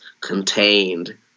contained